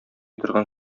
торган